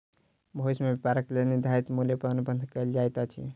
भविष्य में व्यापारक लेल निर्धारित मूल्य पर अनुबंध कएल जाइत अछि